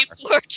floor